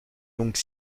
longues